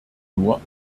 nur